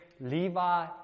Levi